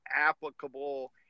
applicable